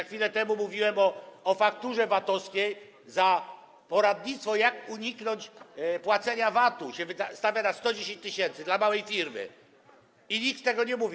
Chwilę temu mówiłem o fakturze VAT-owskiej za poradnictwo, jak uniknąć płacenia VAT-u, że wystawia się na 110 tys. dla małej firmy, i nikt tego nie mówi.